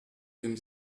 dem